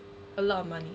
a lot of money